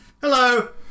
Hello